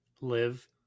live